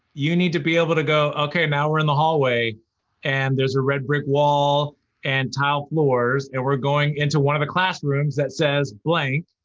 you need to be able to go, okay, now we're in the hallway and there's a red brick wall and tile floors and we're going into one of the classrooms that says blank,